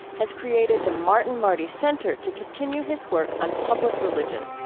has created the martin marty center to continue his work on public religion